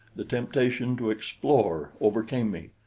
the temptation to explore overcame me.